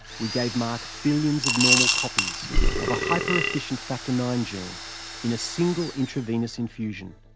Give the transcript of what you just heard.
we gave mark billions of normal copies of a hyper-efficient factor nine gene in a single intravenous infusion.